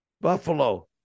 Buffalo